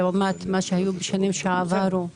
לעומת מה שהיה בשנים שעברו,